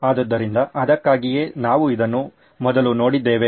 ಆದ್ದರಿಂದ ಅದಕ್ಕಾಗಿಯೇ ನಾವು ಇದನ್ನು ಮೊದಲು ನೋಡಿದ್ದೇವೆ